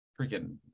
freaking